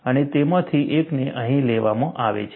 અને તેમાંથી એકને અહીં લેવામાં આવે છે